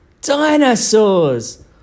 Dinosaurs